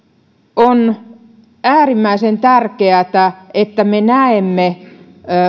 on äärimmäisen tärkeätä että me me näemme